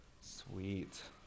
sweet